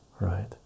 right